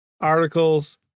articles